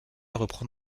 reprend